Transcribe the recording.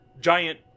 giant